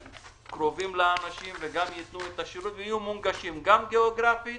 שקרובים יותר לאנשים וייתנו את השירות ויהיו מונגשים גם גיאוגרפית